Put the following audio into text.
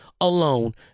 alone